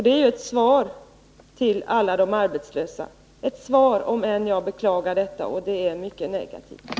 Det är svaret till alla arbetslösa, och jag beklagar att det svaret är mycket negativt.